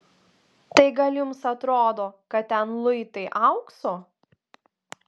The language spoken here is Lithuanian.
tai gal jums atrodo kad ten luitai aukso